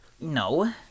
No